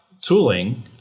tooling